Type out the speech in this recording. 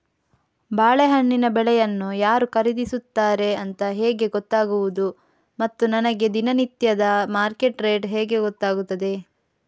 ಬಾಳೆಹಣ್ಣಿನ ಬೆಳೆಯನ್ನು ಯಾರು ಖರೀದಿಸುತ್ತಾರೆ ಅಂತ ಹೇಗೆ ಗೊತ್ತಾಗುವುದು ಮತ್ತು ನನಗೆ ದಿನನಿತ್ಯದ ಮಾರ್ಕೆಟ್ ರೇಟ್ ಹೇಗೆ ಗೊತ್ತಾಗುತ್ತದೆ?